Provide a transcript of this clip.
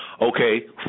okay